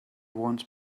wants